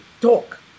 talk